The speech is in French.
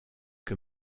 que